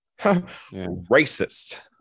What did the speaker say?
Racist